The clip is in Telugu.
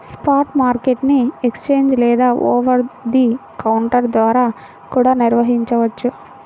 స్పాట్ మార్కెట్ ని ఎక్స్ఛేంజ్ లేదా ఓవర్ ది కౌంటర్ ద్వారా కూడా నిర్వహించొచ్చు